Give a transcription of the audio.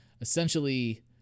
essentially